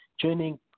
joining